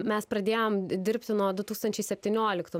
mes pradėjome dirbti nuo du tūkstančiai septynioliktų